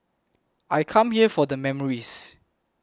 I come here for the memories